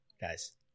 guys